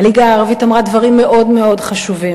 הליגה הערבית אמרה דברים מאוד מאוד חשובים.